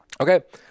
Okay